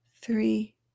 three